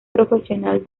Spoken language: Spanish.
profesional